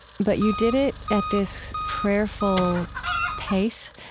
but you did it at this prayerful pace,